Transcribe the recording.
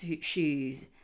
shoes